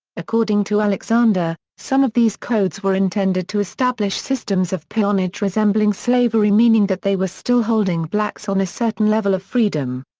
according to alexander, some of these codes were intended to establish systems of peonage resembling slavery meaning that they were still holding blacks on a certain level of freedom.